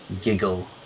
giggle